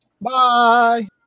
Bye